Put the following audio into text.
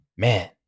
man